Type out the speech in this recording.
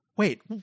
wait